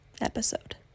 episode